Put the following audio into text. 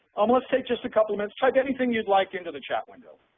um let's take just a couple minutes. type anything you'd like into the chat window.